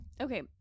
Okay